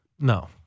No